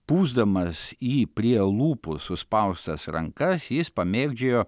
pūsdamas į prie lūpų suspaustas rankas jis pamėgdžiojo